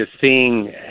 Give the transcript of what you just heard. seeing